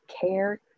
care